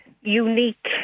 unique